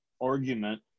argument